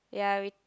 ya